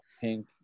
pink